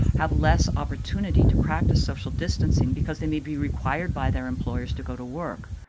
have less opportunity to practice social distancing because they may be required by their employers to go to work.